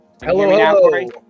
Hello